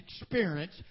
experience